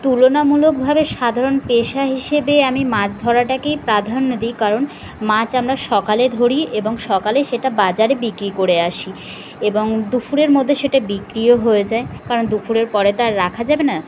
তুলনামূলকভাবে সাধারণ পেশা হিসেবে আমি মাছ ধরাটাকেই প্রাধান্য দিই কারণ মাছ আমরা সকালে ধরি এবং সকালে সেটা বাজারে বিক্রি করে আসি এবং দুপুরের মধ্যে সেটা বিক্রিও হয়ে যায় কারণ দুপুরের পরে তা রাখা যাবে না